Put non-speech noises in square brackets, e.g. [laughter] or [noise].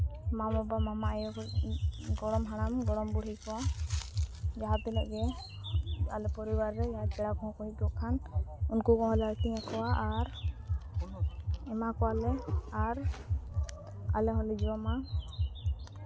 ᱢᱟᱢᱟᱵᱟᱼᱢᱟᱢᱟ ᱟᱭᱳ ᱠᱚ ᱜᱚᱲᱚᱢ ᱦᱟᱲᱟᱢ ᱜᱚᱲᱚᱢ ᱵᱩᱲᱦᱤ ᱠᱚ ᱡᱟᱦᱟᱸ ᱛᱤᱱᱟᱹᱜ ᱜᱮ ᱟᱞᱮ ᱯᱚᱨᱤᱵᱟᱨ ᱨᱮ ᱯᱮᱲᱟ ᱠᱚᱦᱚᱸ ᱠᱚ ᱦᱤᱡᱩᱜ ᱠᱷᱟᱱ ᱩᱱᱠᱩ ᱵᱚᱱ [unintelligible] ᱟᱨ ᱮᱢᱟ ᱠᱚᱣᱟᱞᱮ ᱟᱨ ᱟᱞᱮ ᱦᱚᱸᱞᱮ ᱡᱚᱢᱟ